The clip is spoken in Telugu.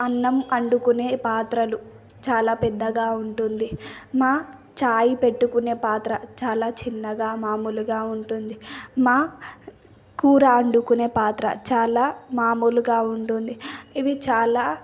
అన్నం వండుకునే పాత్రలు చాలా పెద్దగా ఉంటుంది మా చాయి పెట్టుకునే పాత్ర చాలా చిన్నగా మామూలుగా ఉంటుంది మాకూర అండుకునే పాత్ర చాలా మామూలుగా ఉంటుంది ఇవి చాలా